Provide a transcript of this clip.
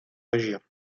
région